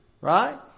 right